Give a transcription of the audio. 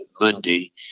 Monday